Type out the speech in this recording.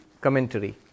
commentary